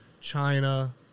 China